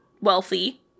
wealthy